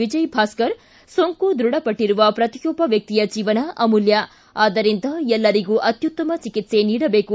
ವಿಜಯಭಾಸ್ಗರ್ ಸೋಂಕು ದೃಢಪಟ್ಲರುವ ಪ್ರತಿಯೊಬ್ಲ ವ್ಯಕ್ತಿಯ ಜೀವನ ಅಮೂಲ್ಯ ಆಧ್ನರಿಂದ ಎಲ್ಲರಿಗೂ ಅತ್ಯುತ್ತಮ ಚಿಕಿತ್ಸೆ ನೀಡಬೇಕು